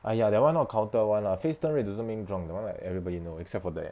!aiya! that [one] not counted [one] lah face turn red doesn't mean drunk that [one] like everyone know that except for that